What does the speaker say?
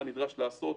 מה נדרש לעשות,